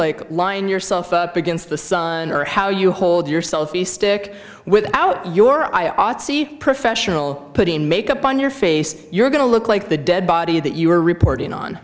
like line yourself up against the sun or how you hold yourself a stick with out your i ought see professional putting makeup on your face you're going to look like the dead body that you were reporting on